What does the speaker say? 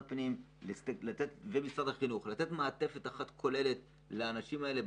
הפנים והחינוך, לתת מעטפת כוללת למעונות הללו.